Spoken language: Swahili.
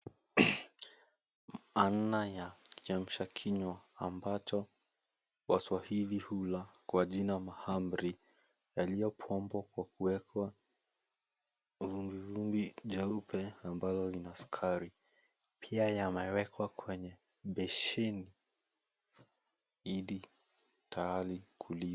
Aina ya kiamshakinywa ambacho waswahili hula kwa jina mahamri yaliyopambwa kwa kuwekwa vumbivumbi jeupe ambalo lina sukari. Pia yamewekwa kwenye beseni ili tayari kuliwa.